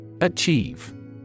Achieve